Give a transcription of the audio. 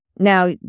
Now